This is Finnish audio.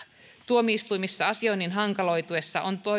tuomioistuimissa asioinnin hankaloituessa on